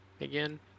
Again